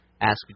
ask